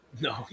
No